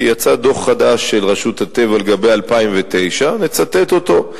כי יצא דוח חדש של רשות הטבע לגבי 2009 ונצטט אותו.